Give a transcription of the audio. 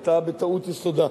בטעות היה יסודה,